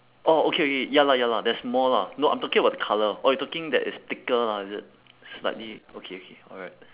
orh okay okay ya lah ya lah there's more lah no I'm talking about the colour or you talking that it's thicker lah is it slightly okay okay alright